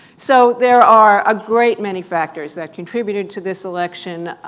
so, there are a great many factors that contributed to this election.